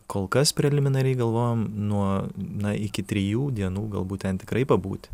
kol kas preliminariai galvojom nuo na iki trijų dienų galbūt ten tikrai pabūti